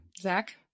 zach